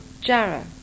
Jarrah